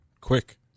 quick